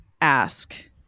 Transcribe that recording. ask